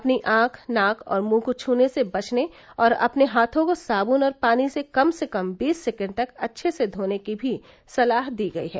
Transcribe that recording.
अपनी आंख नाक और मुंह को छूने से बचने और अपने हाथों को सादुन और पानी से कम से कम बीस सेकेण्ड तक अच्छे से धोने की भी सलाह दी गई है